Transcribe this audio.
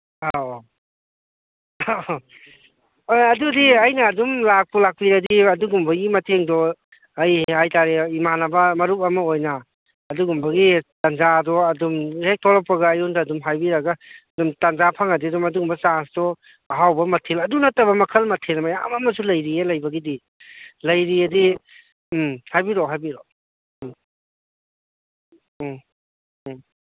ꯑꯧ ꯑꯣꯏ ꯑꯗꯨꯗꯤ ꯑꯩꯅ ꯑꯗꯨꯝ ꯂꯥꯛꯄꯨ ꯂꯥꯛꯄꯤꯔꯗꯤ ꯑꯗꯨꯒꯨꯝꯕꯒꯤ ꯃꯇꯦꯡꯗꯣ ꯀꯩ ꯍꯥꯏ ꯇꯥꯔꯦ ꯏꯃꯥꯟꯅꯕ ꯃꯔꯨꯞ ꯑꯃ ꯑꯣꯏꯅ ꯑꯗꯨꯒꯨꯝꯕꯒꯤ ꯇꯟꯖꯥ ꯑꯗꯣ ꯑꯗꯨꯝ ꯍꯦꯛ ꯊꯣꯛꯂꯛꯄꯒ ꯑꯩꯉꯣꯟꯗ ꯑꯗꯨꯝ ꯍꯥꯏꯕꯤꯔꯒ ꯑꯗꯨꯝ ꯇꯟꯖꯥ ꯐꯪꯉꯗꯤ ꯑꯗꯨꯝ ꯑꯗꯨꯒꯨꯝꯕ ꯆꯥꯟꯁꯇꯣ ꯑꯍꯥꯎꯕ ꯃꯊꯦꯜ ꯑꯗꯨ ꯅꯠꯇꯕ ꯃꯈꯜ ꯃꯊꯦꯜ ꯃꯌꯥꯝ ꯑꯃꯁꯨ ꯂꯩꯔꯤꯌꯦ ꯂꯩꯕꯒꯤꯗꯤ ꯂꯩꯔꯤꯑꯗꯤ ꯎꯝ ꯍꯥꯏꯕꯤꯔꯛꯑꯣ ꯍꯥꯏꯕꯤꯔꯛꯑꯣ ꯎꯝ ꯎꯝ ꯎꯝ